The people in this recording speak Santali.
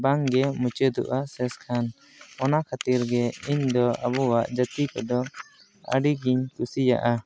ᱵᱟᱝᱜᱮ ᱢᱩᱪᱟᱹᱫᱚᱜᱼᱟ ᱥᱮᱥ ᱠᱷᱟᱱ ᱚᱱᱟ ᱠᱷᱟᱹᱛᱤᱨ ᱜᱮ ᱤᱧᱫᱚ ᱟᱵᱚᱣᱟᱜ ᱡᱟᱹᱛᱤ ᱠᱚᱫᱚ ᱟᱹᱰᱤᱜᱤᱧ ᱠᱩᱥᱤᱭᱟᱜᱼᱟ